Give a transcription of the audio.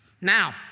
Now